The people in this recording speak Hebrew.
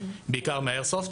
בעיקר מהאיירסופט.